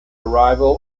arrival